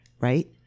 right